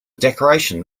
decoration